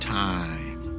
time